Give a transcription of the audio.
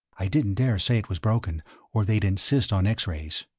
i didn't dare say it was broken or they'd insist on x-rays.